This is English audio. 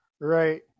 Right